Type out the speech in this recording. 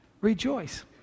Rejoice